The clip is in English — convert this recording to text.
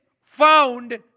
found